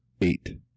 eight